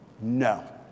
No